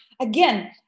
again